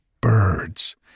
birds